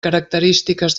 característiques